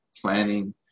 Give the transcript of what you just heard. planning